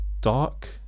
dark